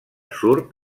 surt